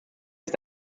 ist